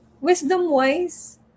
wisdom-wise